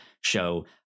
show